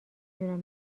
دونم